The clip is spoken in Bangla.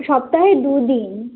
সপ্তাহে দু দিন